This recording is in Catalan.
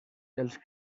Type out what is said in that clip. els